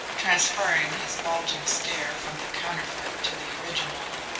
transferring his bulging stare from the counterfeit to the original.